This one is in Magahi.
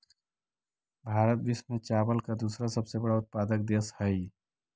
भारत विश्व में चावल का दूसरा सबसे बड़ा उत्पादक देश हई